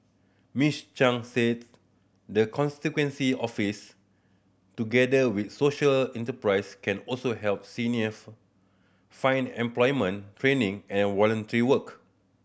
Miss Chan said the constituency office together with social enterprise can also help seniors find employment training and volunteer work